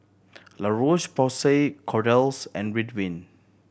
La Roche Porsay Kordel's and Ridwind